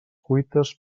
cuites